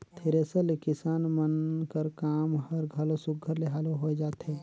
thresher ले किसान मन कर काम हर घलो सुग्घर ले हालु होए जाथे